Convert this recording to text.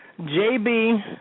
JB